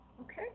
okay